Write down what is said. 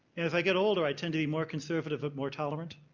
as i get older, i tend to be more conservative but more tolerant,